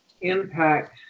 impact